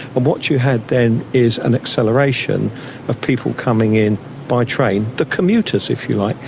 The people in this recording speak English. and what you had then is an acceleration of people coming in by train, the commuters if you like,